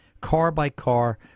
car-by-car